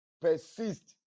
Persist